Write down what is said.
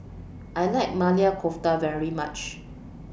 I like Maili Kofta very much